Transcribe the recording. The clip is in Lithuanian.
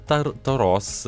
tar taros